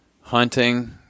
hunting